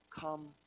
Come